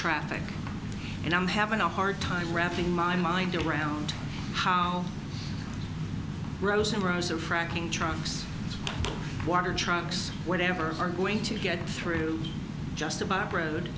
traffic and i'm having a hard time wrapping my mind around how rows and rows of fracking trucks water trucks whatever are going to get through just about r